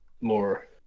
more